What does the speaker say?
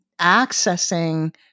accessing